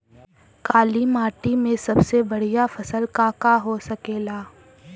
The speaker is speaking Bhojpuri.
काली माटी में सबसे बढ़िया फसल का का हो सकेला?